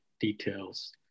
details